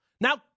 Now